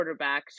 quarterbacks